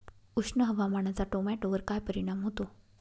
उष्ण हवामानाचा टोमॅटोवर काय परिणाम होतो?